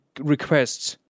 requests